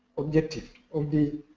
objective of the